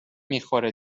میخوره